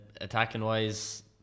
Attacking-wise